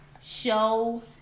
show